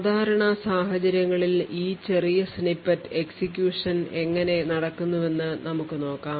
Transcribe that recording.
സാധാരണ സാഹചര്യങ്ങളിൽ ഈ ചെറിയ സ്നിപ്പെറ്റ് എക്സിക്യൂഷൻ എങ്ങനെ നടക്കുന്നുവെന്ന് നമുക്ക് നോക്കാം